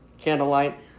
Candlelight